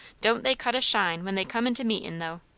don't they cut a shine when they come into meetin', though!